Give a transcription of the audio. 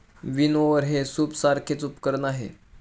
विनओवर हे सूपसारखेच उपकरण आहे